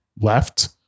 left